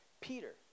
Peter